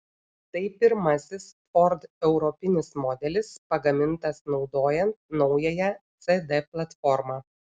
tai pirmasis ford europinis modelis pagamintas naudojant naująją cd platformą